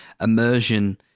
immersion